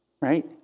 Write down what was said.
Right